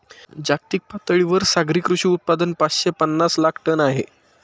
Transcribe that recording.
जागतिक पातळीवर सागरी कृषी उत्पादन पाचशे पनास लाख टन आहे